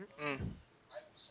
um